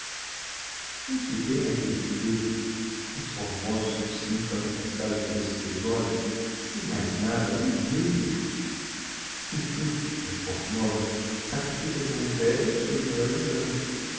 vê te bem n'aquelle espelho és formosa o sufficiente para conquistares com esses teus olhos sem mais nada um reino e tu tão formosa sacrificas a um velho os teus melhores annos